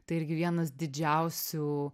tai irgi vienas didžiausių